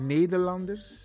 Nederlanders